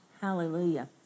Hallelujah